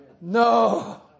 No